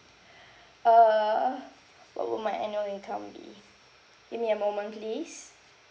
uh what would my annual income be give me a moment please